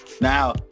Now